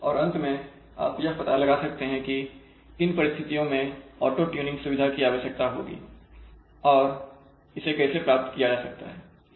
और अंत में आप यह पता लगा सकते है कि किन परिस्थितियों में ऑटो ट्यूनिंग सुविधा की आवश्यकता होगी और इसे कैसे प्राप्त किया जा सकता है